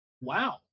Wow